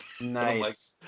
Nice